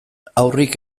haurrik